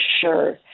sure